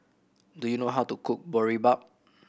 do you know how to cook Boribap